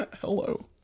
Hello